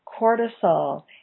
cortisol